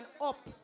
up